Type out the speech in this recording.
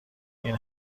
این